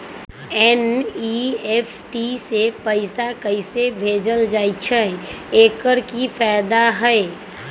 NEFT से पैसा कैसे भेजल जाइछइ? एकर की फायदा हई?